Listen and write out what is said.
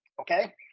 Okay